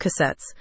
cassettes